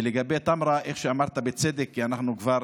ולגבי טמרה, איך שאמרת, בצדק, כי אנחנו כבר